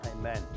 Amen